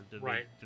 right